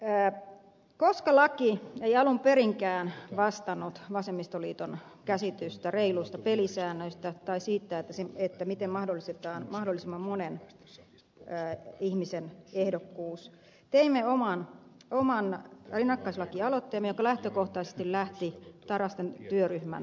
koska laki ei alun perinkään vastannut vasemmistoliiton käsitystä reiluista pelisäännöistä tai siitä miten mahdollistetaan mahdollisimman monen ihmisen ehdokkuus teimme oman rinnakkaislakialoitteemme joka lähtökohtaisesti lähti tarastin työryhmän ehdotuksesta